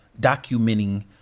documenting